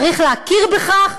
צריך להכיר בכך,